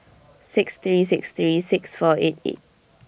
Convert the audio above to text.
six three six three six four eight eight